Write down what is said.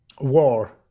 War